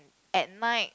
at night